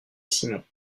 simon